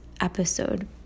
episode